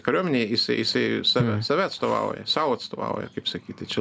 kariuomenei jisai jisai save save atstovauja sau atstovauja kaip sakyti čia